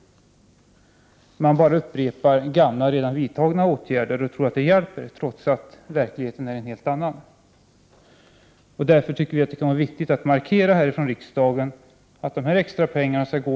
Man bara upprepar gamla, redan vidtagna åtgärder och tror att det hjälper, trots att verkligheten är en helt annan. Därför tycker vi att det är viktigt att markera härifrån riksdagen åt vilket håll dessa extra pengar skall gå.